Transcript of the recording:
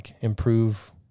improve